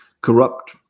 corrupt